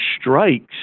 strikes